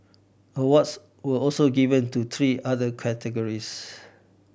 awards were also given to three other categories